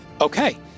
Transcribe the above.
Okay